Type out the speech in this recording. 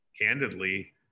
candidly